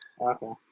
Okay